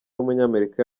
w’umunyamerika